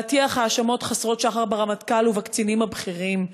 להטיח האשמות חסרות שחר ברמטכ"ל ובקצינים הבכירים.